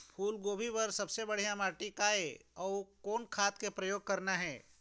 फूलगोभी बर सबले बढ़िया माटी का ये? अउ कोन कोन खाद के प्रयोग करना ये?